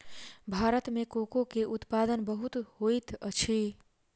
भारत में कोको के उत्पादन बहुत होइत अछि